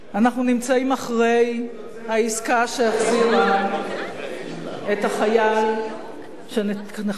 אנחנו נמצאים אחרי העסקה שהחזירה את החייל שנחטף